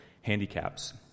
handicaps